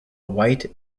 white